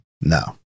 no